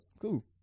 cool